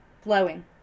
flowing